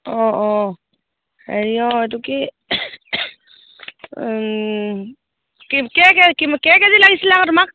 অঁ অঁ হেৰি অঁ এইটো কি কে কেই কেজি লাগিছিলে আকৌ তোমাক